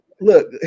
look